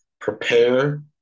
prepare